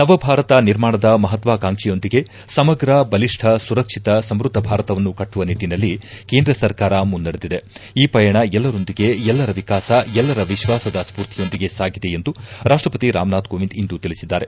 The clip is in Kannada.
ನವಭಾರತ ನಿರ್ಮಾಣದ ಮಹತ್ತಾಕಾಂಕ್ಷೆಯೊಂದಿಗೆ ಸಮಗ್ರ ಬಲಿಷ್ಟ ಸುರಕ್ಷಿತ ಸಮ್ನದ್ಗ ಭಾರತವನ್ನು ಕಟ್ಟುವ ನಿಟ್ಟನಲ್ಲಿ ಕೇಂದ್ರ ಸರ್ಕಾರ ಮುನ್ನಡೆದಿದೆ ಈ ಪಯಣ ಎಲ್ಲರೊಂದಿಗೆ ಎಲ್ಲರ ವಿಕಾಸ ಎಲ್ಲರ ವಿಶ್ವಾಸದ ಸ್ಪೂರ್ತಿಯೊಂದಿಗೆ ಸಾಗಿದೆ ಎಂದು ರಾಷ್ಟಪತಿ ರಾಮನಾಥ ಕೋವಿಂದ್ ಇಂದು ತಿಳಿಸಿದ್ದಾರೆ